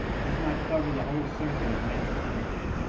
it does not cover the whole circuit of mental energy.